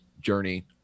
journey